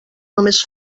només